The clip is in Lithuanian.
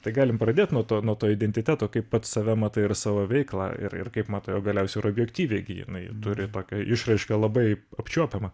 tai galim pradėt nuo to nuo to identiteto kaip pats save matai ir savo veiklą ir ir kaip matai o galiausiai ir objektyviai gi jinai turi tokią išraišką labai apčiuopiamą